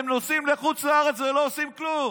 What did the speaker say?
הם נוסעים לחוץ לארץ ולא עושים כלום.